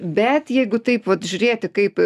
bet jeigu taip vat žiūrėti kaip